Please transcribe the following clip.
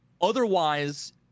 Otherwise